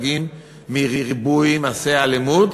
מריבוי מעשי האלימות,